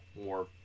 more